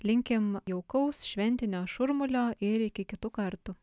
linkim jaukaus šventinio šurmulio ir iki kitų kartų